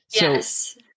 Yes